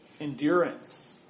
endurance